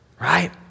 Right